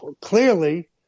clearly